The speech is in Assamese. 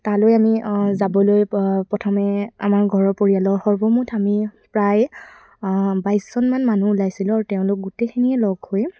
তালৈ আমি যাবলৈ প্ৰথমে আমাৰ ঘৰৰ পৰিয়ালৰ সৰ্বমুঠ আমি প্ৰায় বাইছজনমান মানুহ ওলাইছিলোঁ আৰু তেওঁলোক গোটেইখিনিয়ে লগ হৈ